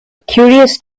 curious